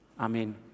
Amen